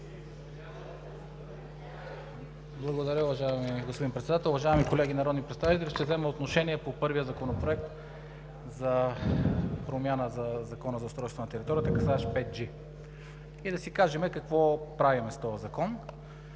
Благодаря, уважаеми господин Председател. Уважаеми колеги народни представители! Ще взема отношение по първия законопроект – за промяна за Закона за устройството на територията, касаещ 5G. Да си кажем какво правим с този закон,